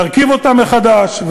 להרכיב אותם מחדש,